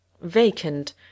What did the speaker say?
Vacant